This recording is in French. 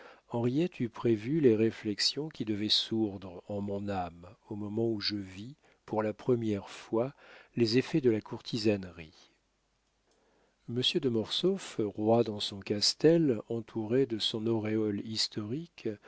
henriette eût prévu les réflexions qui devaient sourdre en mon âme au moment où je vis pour la première fois les effets de la courtisanerie monsieur de mortsauf roi dans son castel entouré de son auréole historique